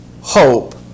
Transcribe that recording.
hope